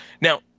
Now